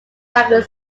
back